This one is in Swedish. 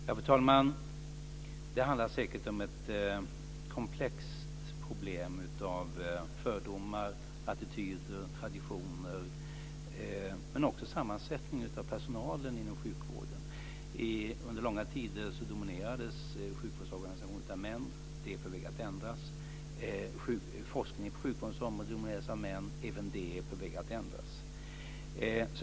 Fru talman! Det handlar säkert om ett komplext problem av fördomar, attityder och traditioner men också sammansättningen av personalen inom sjukvården. Under långa tider dominerades sjukvårdsorganisationen av män. Det är på väg att ändras. Forskningen på sjukvårdens område dominerades av män, men även det är på väg att ändras.